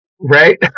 right